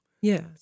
Yes